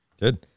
Good